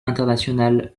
international